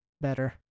better